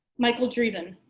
michael dreeben,